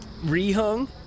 re-hung